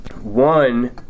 one